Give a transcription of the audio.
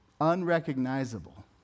unrecognizable